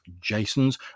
Jason's